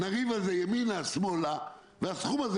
נריב עליו ימינה או שמאלה והסכום הזה